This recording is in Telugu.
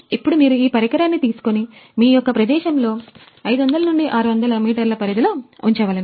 ఇప్పుడు మీరు ఈ పరికరాన్ని తీసుకుని మీ యొక్క పని ప్రదేశంలో 500 లేదా 600 వందలు మీటర్ పరిధిలో ఉంచవలెను